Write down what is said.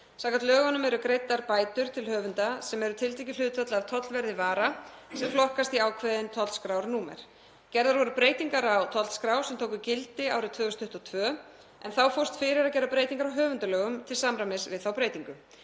Samkvæmt lögunum eru greiddar bætur til höfunda sem eru tiltekið hlutfall af tollverði vara sem flokkast í ákveðin tollskrárnúmer. Gerðar voru breytingar á tollskrá sem tóku gildi 2022 en þá fórst fyrir að gera breytingar á höfundalögum til samræmis við þá breytingu.